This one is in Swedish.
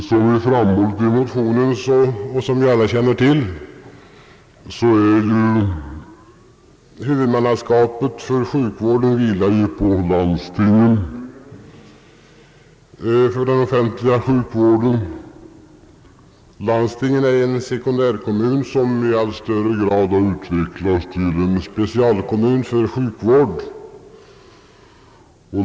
Som vi framhållit i motionen — och som alla känner till — vilar huvudmannaskapet för den offentliga sjukvården på landstingen. Landstinget är en sekundärkommun, som i allt större utsträckning har utvecklats till en specialkommun för sjukvård.